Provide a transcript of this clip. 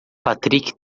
patrick